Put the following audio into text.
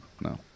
No